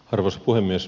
arvoisa puhemies